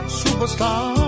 superstar